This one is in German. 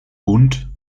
bund